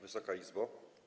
Wysoka Izbo!